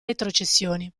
retrocessioni